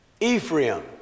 Ephraim